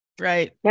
right